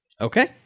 Okay